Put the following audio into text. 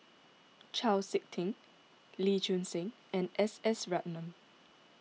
Chau Sik Ting Lee Choon Seng and S S Ratnam